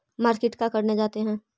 Market का करने जाते हैं?